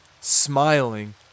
smiling